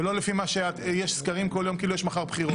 ולא לפי מה שאת יש סקרים כל יום כאילו יש מחר בחירות.